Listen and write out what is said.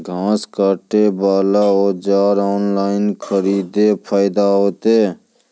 घास काटे बला औजार ऑनलाइन खरीदी फायदा होता?